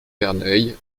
verneuil